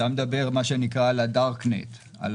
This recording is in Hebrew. אתה מדבר על מה שנקרא הdarknet- רשת אפלה,